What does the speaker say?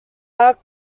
are